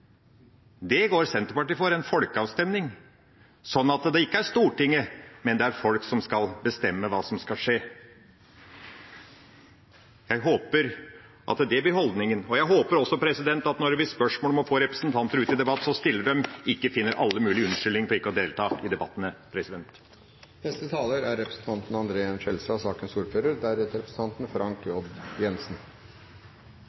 Det går Senterpartiet for, en folkeavstemning, sånn at det ikke er Stortinget, men folk som skal bestemme hva som skal skje. Jeg håper at det blir holdningen, og jeg håper også at når det blir spørsmål om å få representanter ut i debatt, så stiller de – ikke finner alle mulige unnskyldninger for ikke å delta i debattene.